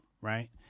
right